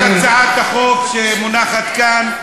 אני בעד הצעת החוק שמונחת כאן.